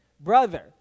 brother